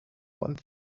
one